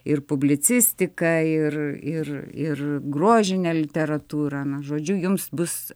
ir publicistiką ir ir ir grožinę literatūrą na žodžiu jums bus